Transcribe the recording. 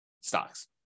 stocks